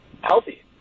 healthy